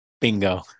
Bingo